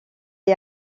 est